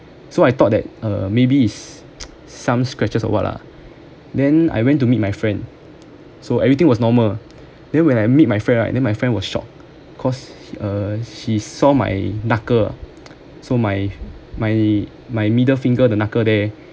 so I thought that uh maybe is some scratches or what lah then I went to meet my friend so everything was normal then when I meet my friend right then my friend was shocked cause uh she saw my knuckle so my my my middle finger the knuckle there